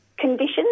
conditions